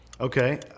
Okay